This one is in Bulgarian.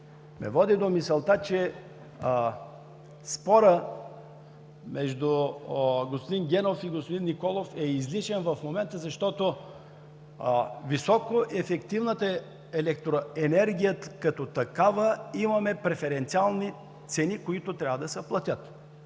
ме води до мисълта, че спорът между господин Генов и господин Николов е излишен в момента, защото за високоефективната електроенергия като такава имаме преференциални цени, които трябва да се платят